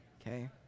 okay